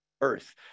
earth